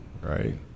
right